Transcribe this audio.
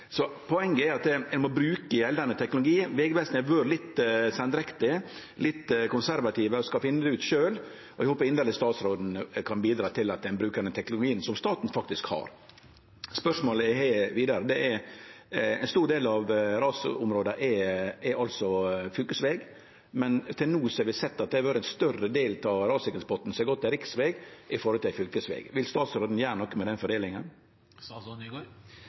Poenget er at ein må bruke gjeldande teknologi. Vegvesenet har vore litt seindrektig, litt konservativt og skal finne det ut sjølv. Eg håper inderleg at statsråden kan bidra til at ein bruker den teknologien som staten faktisk har. Spørsmålet eg har vidare, er: Ein stor del av rasområda har fylkesveg, men til no har vi sett at ein større del av rassikringspotten har gått til riksveg i forhold til fylkesveg. Vil statsråden gjere noko med den